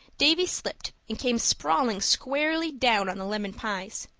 davy slipped and came sprawling squarely down on the lemon pies.